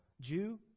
Jew